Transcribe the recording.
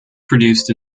produced